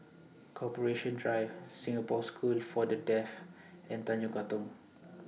Corporation Drive Singapore School For The Deaf and Tanjong Katong